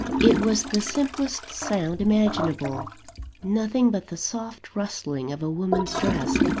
it was the simplest sound imaginable nothing but the soft rustling of a woman's dress.